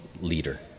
leader